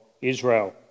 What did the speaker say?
Israel